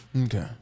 Okay